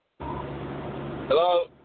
Hello